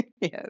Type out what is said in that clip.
Yes